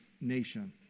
nation